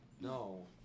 No